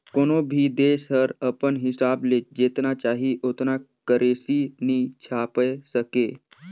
कोनो भी देस हर अपन हिसाब ले जेतना चाही ओतना करेंसी नी छाएप सके